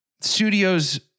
studios